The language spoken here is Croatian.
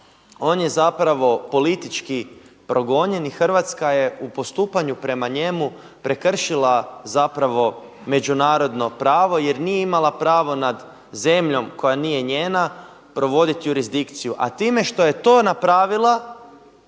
On je zapravo politički progonjen i Hrvatska je u postupanju prema njemu prekršila zapravo međunarodno pravo jer nije imala pravo nad zemljom koja nije njena provodit jurisdikciju. A time što je to napravila,